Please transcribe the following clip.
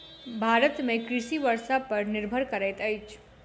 भारत में कृषि वर्षा पर निर्भर करैत अछि